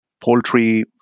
poultry